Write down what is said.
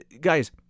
Guys